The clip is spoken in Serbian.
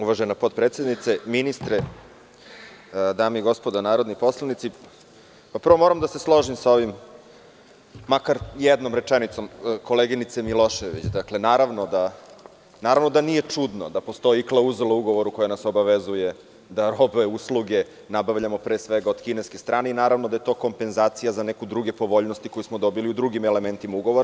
Uvažena potpredsednice, ministre, dame i gospodo narodni poslanici, prvo moram da se složim sa ovim, makar jednom rečenicom, koleginice Milošević, naravno da nije čudno da postoji klauzula u ugovoru koji nas obavezuje da robe usluge nabavljamo, pre svega, od kineske strane i naravno da je to kompenzacija za neke druge povoljnosti koje smo dobili u drugim elementima ugovora.